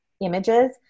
images